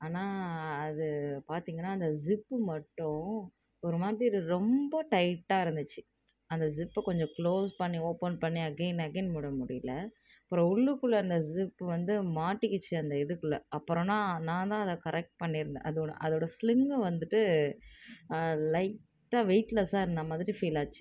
ஆனால் அது பார்த்திங்கன்னா அந்த ஸிப்பு மட்டும் ஒரு மாதிரி ரொம்ப டைட்டாக இருந்துச்சு அந்த ஸிப்பு கொஞ்சம் க்ளோஸ் பண்ணி ஓப்பன் பண்ணி அகைன் அகைன் மூட முடியல அப்புறம் உள்ளுக்குள்ளே அந்த ஸிப்பு வந்து மாட்டிக்கிச்சு அந்த இதுக்குள்ளே அப்பறம்னா நான் தான் அதை கரெக்ட் பண்ணிருந்தேன் அதோட அதோட ஸ்லிங்கு வந்துவிட்டு லைட்டாக வெய்ட்லெஸ்ஸாக இருந்த மாதிரி ஃபீல் ஆச்சு